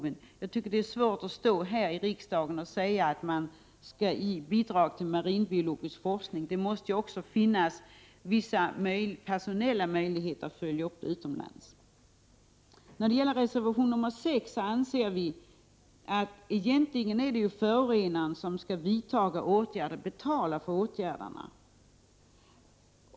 Jag tycker att det är svårt att här i riksdagen säga att man skall bidra till marinbiologisk forskning. Det måste finnas vissa personella resurser, så att arbetet kan följas upp utomlands. När det gäller reservation nr 6 vill jag säga att egentligen är det förorenaren som skall vidta åtgärder och stå för kostnaderna.